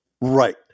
Right